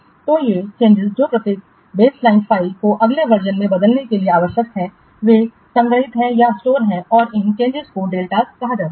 तो ये चेंजिंस जो प्रत्येक बेसलाइन फ़ाइल को अगले वर्जन में बदलने के लिए आवश्यक हैं वे संग्रहीत हैं और इन चेंजिंसों को डेल्टास कहा जाता है